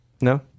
No